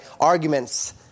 arguments